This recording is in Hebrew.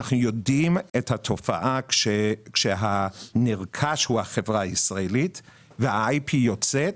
ומכירים את התופעה כאשר הנרכש הוא החברה הישראלית וה-IP יוצא החוצה.